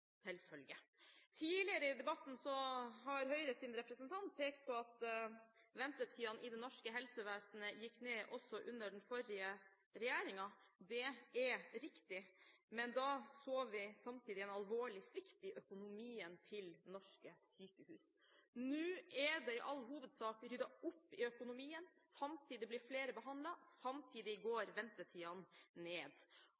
Tidligere i debatten har Høyres representant pekt på at ventetidene i det norske helsevesenet gikk ned også under den forrige regjeringen. Det er riktig, men da så vi samtidig en alvorlig svikt i økonomien til norske sykehus. Nå er det i all hovedsak ryddet opp i økonomien, samtidig blir flere